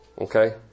okay